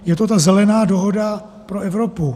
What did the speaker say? Je to ta Zelená dohoda pro Evropu.